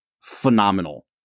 Phenomenal